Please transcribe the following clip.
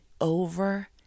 over